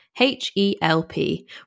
H-E-L-P